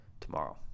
tomorrow